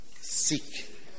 Seek